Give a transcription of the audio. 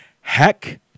Heck